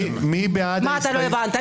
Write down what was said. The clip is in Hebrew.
מה לא הבנת?